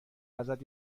ازت